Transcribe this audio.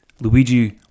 luigi